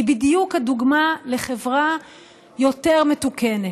היא בדיוק הדוגמה לחברה יותר מתוקנת.